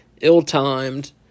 ill-timed